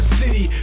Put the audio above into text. city